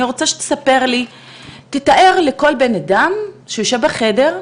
אני רוצה שתספר לי ותתאר לכל בן אדם שיושב בחדר,